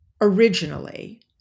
originally